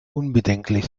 unbedenklich